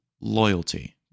loyalty